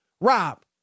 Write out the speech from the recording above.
Rob